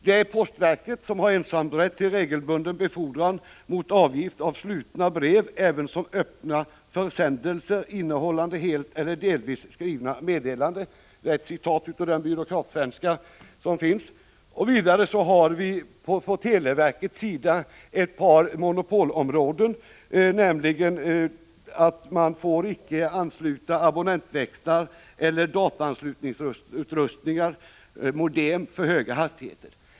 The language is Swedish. Det är postverket som har ”ensamrätt till regelbunden befordran mot avgift av slutna brev, ävensom öppna försändelser innehållande helt eller delvis skrivna meddelanden”. Detta är ett citat, varför jag använt denna byråkratsvenska. Vidare har televerket ett par monopolområden, nämligen att man icke får ansluta abonnentväxlar eller dataanslutningsutrustning, dvs. modem för höga hastigheter.